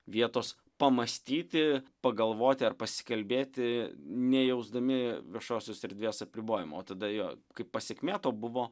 vietos pamąstyti pagalvoti ar pasikalbėti nejausdami viešosios erdvės apribojimo tada jo kaip pasekmė to buvo